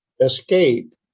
Escape